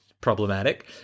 problematic